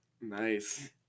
Nice